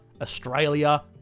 Australia